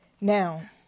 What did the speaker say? Now